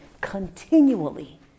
continually